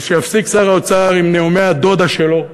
ושיפסיק שר האוצר עם נאומי ה"דודה" שלו,